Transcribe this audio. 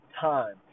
time